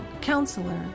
Counselor